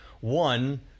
one